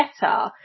better